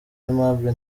aimable